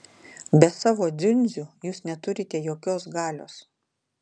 be savo dziundzių jūs neturite jokios galios